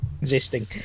existing